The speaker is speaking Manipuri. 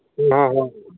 ꯑꯥ